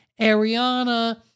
Ariana